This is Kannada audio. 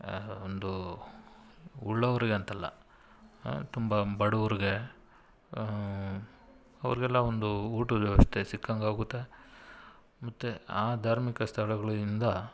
ಒಂದು ಉಳ್ಳವ್ರಿಗೆ ಅಂತಲ್ಲ ತುಂಬ ಬಡವ್ರ್ಗೆ ಅವ್ರಿಗೆಲ್ಲ ಒಂದು ಊಟದ ವ್ಯವಸ್ಥೆ ಸಿಕ್ಕಂಗಾಗುತ್ತೆ ಮತ್ತು ಆ ಧಾರ್ಮಿಕ ಸ್ಥಳಗಳಿಂದ